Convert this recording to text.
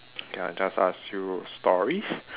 okay I'll just ask you stories